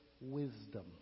wisdom